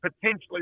potentially